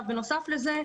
בנוסף לזה,